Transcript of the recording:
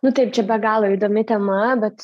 nu taip čia be galo įdomi tema bet